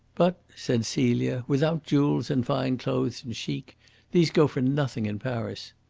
but, said celia, without jewels and fine clothes and chic these go for nothing in paris.